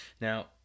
Now